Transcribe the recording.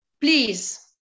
Please